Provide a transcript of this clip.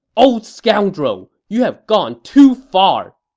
old scoundrel! you have gone too far!